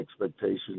expectations